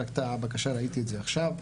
ראיתי את הבקשה רק עכשיו,